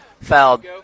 Fouled